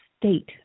state